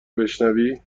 بشنوی